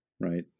right